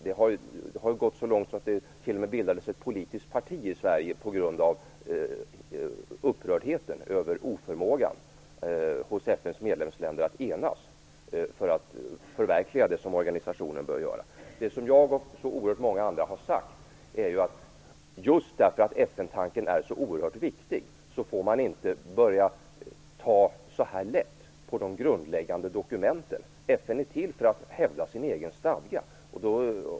Det har gått så långt att det på grund av upprördheten över oförmågan hos FN:s medlemsländer att enas för att förverkliga det som organisationen bör göra t.o.m. bildades ett politiskt parti i Sverige. Det som jag och oerhört många andra har sagt är att man just därför att FN-tanken är så oerhört viktig inte får ta så lätt på de grundläggande dokumenten. FN är till för att hävda sin egen stadga.